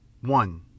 One